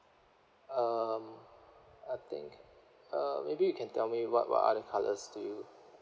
um I think uh maybe you can tell me what what other colours do you